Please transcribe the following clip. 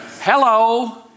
Hello